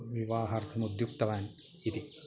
विवाहार्थमुद्युक्तवान् इति